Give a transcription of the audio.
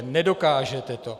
Nedokážete to.